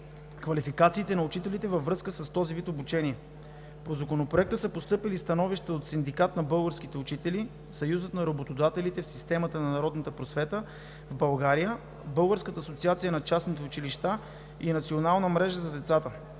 квалификациите на учителите във връзка с този вид обучение. По Законопроекта са постъпили становища от: Синдиката на българските учители; Съюза на работодателите в системата на народната просвета в България; Българската асоциация на частните училища и Националната мрежа за децата.